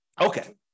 Okay